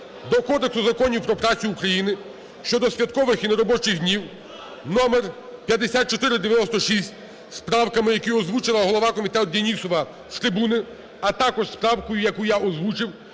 до Кодексу законів про працю України щодо святкових і неробочих днів (номер 5496) з правками, які озвучила голова комітету Денісова з трибуни, а також з правкою, яку я озвучив,